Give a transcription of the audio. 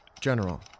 General